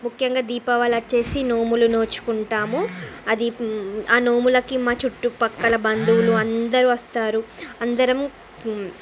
ముఖ్యంగా దీపావళి వచ్చి నోములు నోచుకుంటాము అది ఆ నోములకి మా చుట్టుపక్కల బంధువులు అందరు వస్తారు అందరం